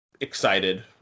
excited